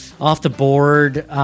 off-the-board